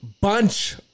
bunch